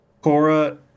Cora